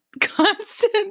constant